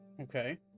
Okay